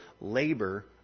labor